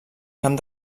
camp